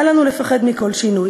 אל לנו לפחד מכל שינוי.